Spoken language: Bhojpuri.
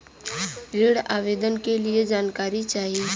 ऋण आवेदन के लिए जानकारी चाही?